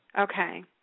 Okay